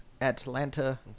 Atlanta